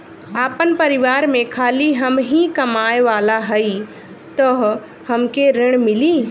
आपन परिवार में खाली हमहीं कमाये वाला हई तह हमके ऋण मिली?